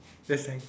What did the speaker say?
yes thanks